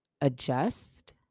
adjust